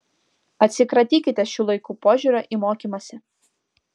atsikratykite šių laikų požiūrio į mokymąsi